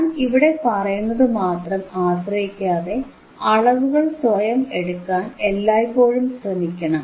ഞാൻ ഇവിടെ പറയുന്നതു മാത്രം ആശ്രയിക്കാതെ അളവുകൾ സ്വയം എടുക്കാൻ എല്ലായ്പ്പോഴും ശ്രമിക്കണം